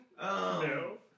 No